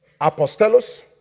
Apostelos